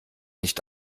nicht